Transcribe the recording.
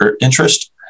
interest